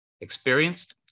Experienced